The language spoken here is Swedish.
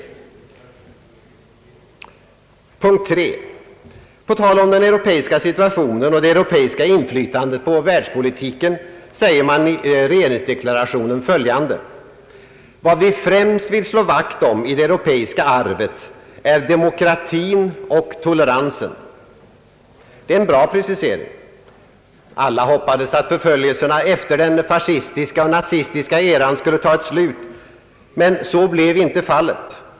Så till den tredje punkten, På tal om den europeiska situationen och det europeiska inflytandet på världspolitiken säger regeringen i deklarationen följande: »Vad vi främst vill slå vakt om i det europeiska arvet är demokratin och toleransen.» Det är en bra precisering. Alla hoppades att t.ex. rasförföljelserna skulle ta ett slut efter den fascistiska och nazistiska eran, men så blev inte fallet.